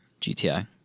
GTI